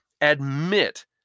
admit